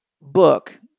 book